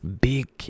big